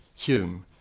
hume,